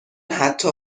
حتی